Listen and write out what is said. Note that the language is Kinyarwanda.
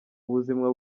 ubuzima